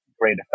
great